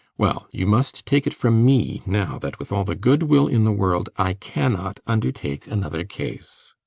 well, you must take it from me now that with all the good will in the world, i cannot undertake another case.